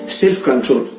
self-control